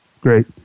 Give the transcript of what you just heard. Great